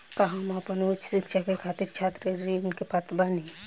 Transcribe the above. का हम आपन उच्च शिक्षा के खातिर छात्र ऋण के पात्र बानी?